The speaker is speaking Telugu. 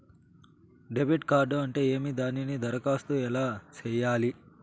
డెబిట్ కార్డు అంటే ఏమి దానికి దరఖాస్తు ఎలా సేయాలి